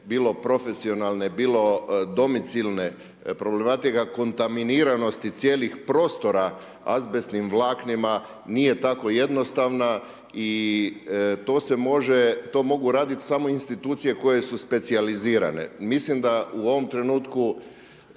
bilo profesionalne, bilo domicilne, problematika kontaminiranosti cijelih prostora azbestnim vlaknima nije tako jednostavna i to se može, to mogu raditi samo institucije koje su specijalizirane. Mislim da u ovom trenutku,